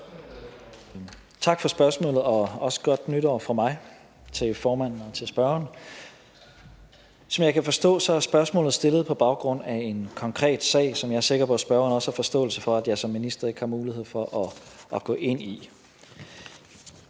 Tak for spørgsmålet, og også godt nytår fra mig til formanden og til spørgeren. Som jeg kan forstå, er spørgsmålet stillet på baggrund af en konkret sag, som jeg er sikker på at spørgeren også har forståelse for at jeg som minister ikke har mulighed for at gå ind i.